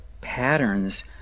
patterns